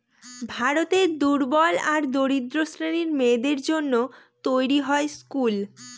ভারতের দুর্বল আর দরিদ্র শ্রেণীর মেয়েদের জন্য তৈরী হয় স্কুল